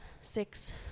six